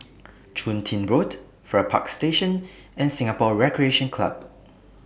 Chun Tin Road Farrer Park Station and Singapore Recreation Club